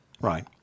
Right